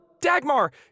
Dagmar